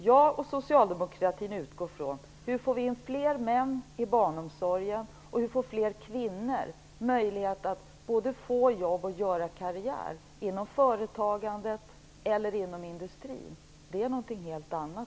Jag och socialdemokratin utgår från hur vi skall få in fler män i barnomsorgen och hur fler kvinnor skall få möjlighet att både få jobb och göra karriär inom företagandet eller inom industrin. Det är något helt annat.